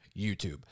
YouTube